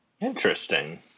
Interesting